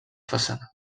façana